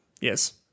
Yes